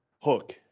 Hook